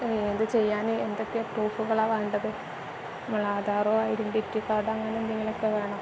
ഏ ഇത് ചെയ്യാൻ എന്തൊക്കെ പ്രൂഫുകളാ വേണ്ടത് നമ്മൾ ആധാറോ ആ ഐഡൻഡിറ്റി കാർഡോ അങ്ങനെ എന്തെങ്കിലും ഒക്കെ വേണോ